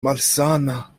malsana